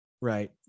Right